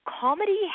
Comedy